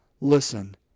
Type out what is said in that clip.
listen